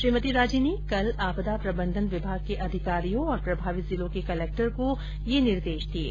श्रीमती राजे ने कल आपदा प्रबन्धन विभाग के अधिकारियों और प्रभावित जिलों के कलक्टर को ये निर्देश दिये